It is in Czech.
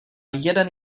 jeden